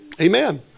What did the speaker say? Amen